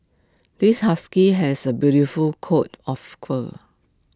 this husky has A beautiful coat of call